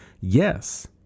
yes